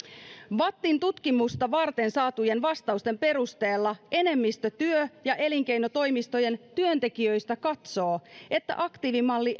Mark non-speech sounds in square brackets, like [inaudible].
vattin tutkimusta varten saatujen vastausten perusteella enemmistö työ ja elinkeinotoimistojen työntekijöistä katsoo että aktiivimalli [unintelligible]